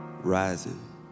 rising